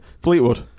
Fleetwood